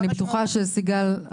אני בטוחה שסיגל,